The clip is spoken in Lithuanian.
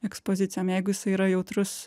ekspozicijom jeigu jisai yra jautrus